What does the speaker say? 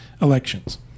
elections